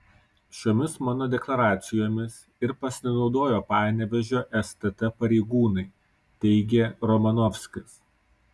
šiomis mano deklaracijomis ir pasinaudojo panevėžio stt pareigūnai teigė romanovskis